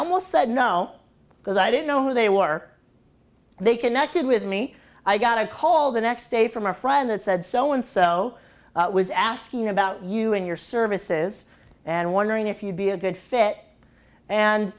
almost said no because i didn't know who they were they connected with me i got a call the next day from a friend that said so and so was asking about you and your services and wondering if you'd be a good fit and